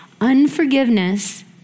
Unforgiveness